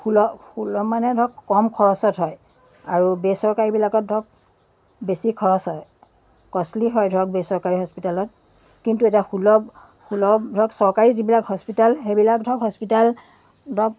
সুলভ সুলভ মানে ধৰক কম খৰচত হয় আৰু বেচৰকাৰীবিলাকত ধৰক বেছি খৰচ হয় ক'ষ্টলি হয় ধৰক বেচৰকাৰী হস্পিতেলত কিন্তু এতিয়া সুলভ সুলভ ধৰক চৰকাৰী যিবিলাক হস্পিতেল সেইবিলাক ধৰক হস্পিতেল ধৰক